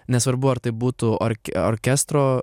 nesvarbu ar tai būtų ar orkestro